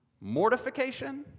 mortification